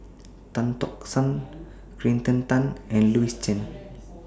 Tan Tock San Kirsten Tan and Louis Chen